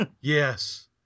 Yes